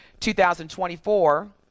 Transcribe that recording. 2024